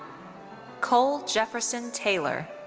cole jefferson taylor.